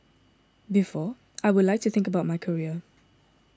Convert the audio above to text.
before I would like think about my career